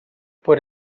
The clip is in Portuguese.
por